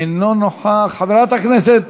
אינו נוכח, חברת הכנסת